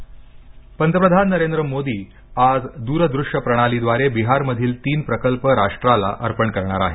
Modi petroleum पंतप्रधान नरेंद्र मोदी आज द्रदृष्यप्रणालीद्वारे बिहारमधील तीन प्रकल्प राष्ट्राला अर्पण करणार आहेत